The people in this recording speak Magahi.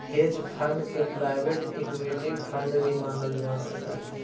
हेज फंड के प्राइवेट इक्विटी फंड भी मानल जा सकऽ हई